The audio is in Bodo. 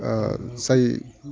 जाय